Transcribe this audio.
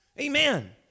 Amen